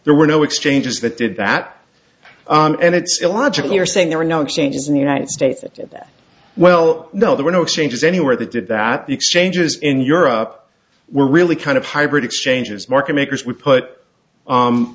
there were no exchanges that did that and it's illogical you're saying there are no changes in the united states that well no there were no exchanges anywhere they did that the exchanges in europe were really kind of hybrid exchanges market makers we put